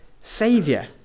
saviour